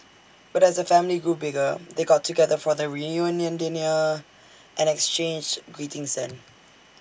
but as the family grew bigger they got together for the reunion dinner and exchanged greetings then